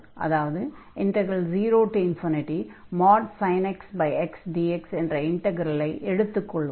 அதாவது 0 sin xx dx என்ற இன்டக்ரலை எடுத்துக் கொள்வோம்